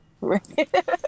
Right